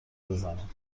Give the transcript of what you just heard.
بزنیم